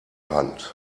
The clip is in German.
hand